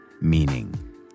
meaning